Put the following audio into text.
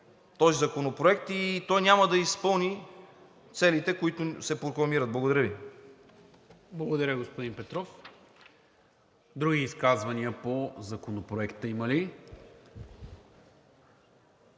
този законопроект и той няма да изпълни целите, които се прокламират. Благодаря Ви. ПРЕДСЕДАТЕЛ НИКОЛА МИНЧЕВ: Благодаря, господин Петров. Други изказвания по Законопроекта има ли?